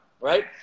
right